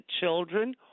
children